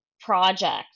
project